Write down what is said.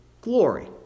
glory